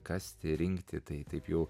kasti rinkti tai taip jau